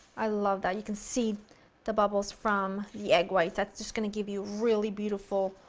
i love that you can see the bubbles from the egg whites, that's just going to give you really beautiful,